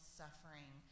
suffering